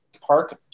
Park